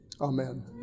Amen